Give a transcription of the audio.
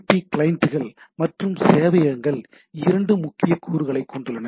B கிளையண்டுகள் மற்றும் சேவையகங்கள் 2 முக்கிய கூறுகளைக் கொண்டுள்ளன